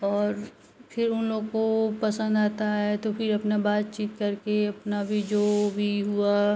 और फिर उन लोग को पसंद आता है तो फिर अपना बातचीत करके अपना भी जो भी हुआ